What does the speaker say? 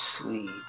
sweet